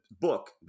book